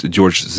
George